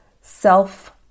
self